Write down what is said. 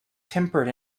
tempered